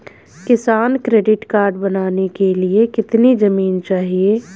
किसान credit card बनाने के लिए कितनी जमीन चाहिए?